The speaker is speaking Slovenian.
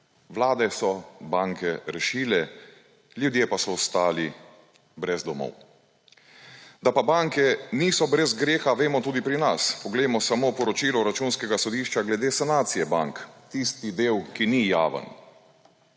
Vlade so banke rešile, ljudje pa so ostali brez domov. Da pa banke niso brez greha, vemo tudi pri nas. Poglejmo samo poročilo Računskega sodišča glede sanacije bank – tisti del, ki ni javen.